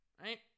Right